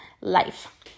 life